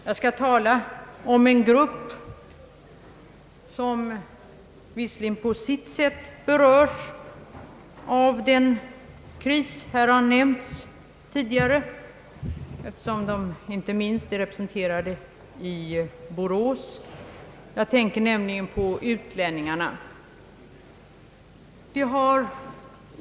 Jag skall tala om en grupp som på sitt sätt berörs av den kris som här tidigare nämnts, eftersom den är representerad inte minst i Borås. Jag tänker på utlänningarna.